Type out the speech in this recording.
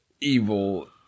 evil